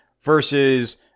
versus